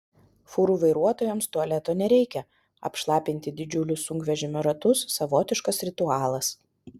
fūrų vairuotojams tualeto nereikia apšlapinti didžiulius sunkvežimio ratus savotiškas ritualas